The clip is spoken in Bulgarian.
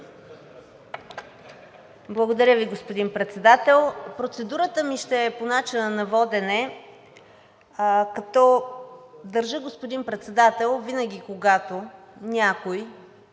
Благодаря Ви, господин Председател. Процедурата ми ще е по начина на водене, като държа, господин Председател, винаги, когато някой